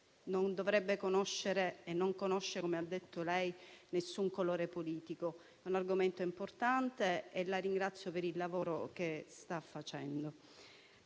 non dovrebbe conoscere e non conosce - come ha detto lei - alcun colore politico. È un argomento importante e la ringrazio per il lavoro che sta facendo.